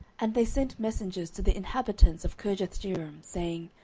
and they sent messengers to the inhabitants of kirjathjearim, saying,